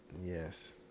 Yes